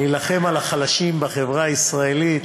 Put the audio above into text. להילחם למען החלשים בחברה הישראלית.